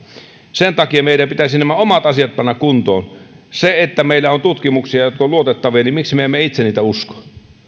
sen takia meidän pitäisi nämä omat asiat panna kuntoon kun meillä on tutkimuksia jotka ovat luotettavia niin miksi me emme itse niitä usko